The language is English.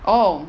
oh